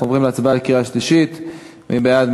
מי בעד?